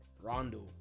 Rondo